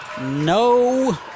No